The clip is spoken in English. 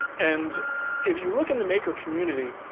and if you look in the maker community,